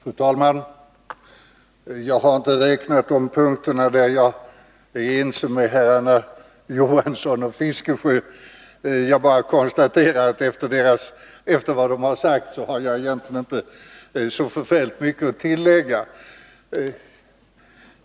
Fru talman! Jag har inte räknat de punkter där jag är ense med herrarna Hilding Johansson och Bertil Fiskesjö. Jag konstaterar bara att efter vad de sagt har jag egentligen inte så förfärligt mycket att tillägga.